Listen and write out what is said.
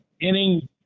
inning